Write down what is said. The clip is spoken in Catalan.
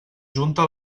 junta